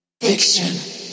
fiction